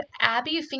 Abby